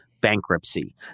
bankruptcy